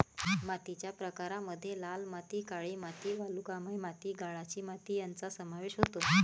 मातीच्या प्रकारांमध्ये लाल माती, काळी माती, वालुकामय माती, गाळाची माती यांचा समावेश होतो